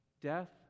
death